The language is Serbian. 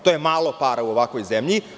To je malo para u ovakvoj zemlji.